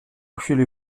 chwili